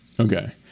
Okay